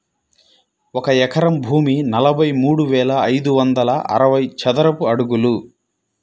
ఒక ఎకరం భూమి నలభై మూడు వేల ఐదు వందల అరవై చదరపు అడుగులు